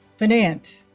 finance,